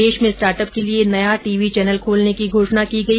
देश में स्टार्टअप के लिये नया टीवी चैनल खोलने की घोषणा की गई